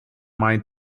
mind